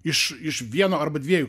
iš vieno arba dviejų